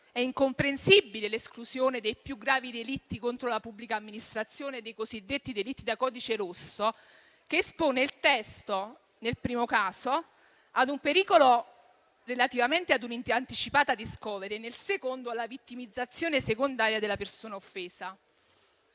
È incomprensibile l'esclusione dei più gravi delitti contro la pubblica amministrazione e dei cosiddetti delitti da codice rosso, che espone il testo, nel primo caso, ad un pericolo relativamente ad una anticipata *discovery*, nel secondo alla vittimizzazione secondaria della persona offesa.